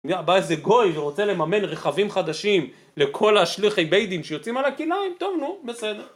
בא איזה גוי ורוצה לממן רכבים חדשים לכל האשלכי ביידים שיוצאים על הכיליים? טוב, נו, בסדר.